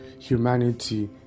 humanity